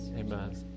Amen